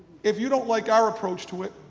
if you don't like our approach to it,